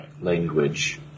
language